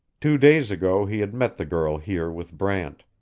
two days ago he had met the girl here with brant,